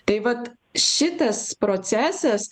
tai vat šitas procesas